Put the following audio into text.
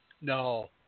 no